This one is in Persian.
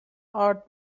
آرد